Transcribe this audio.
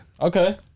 Okay